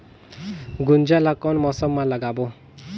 गुनजा ला कोन मौसम मा लगाबो?